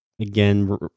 Again